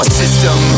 system